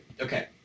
Okay